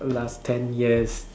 last ten years